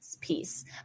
piece